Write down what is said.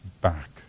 back